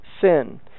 sin